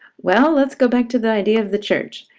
well, let's go back to the idea of the church.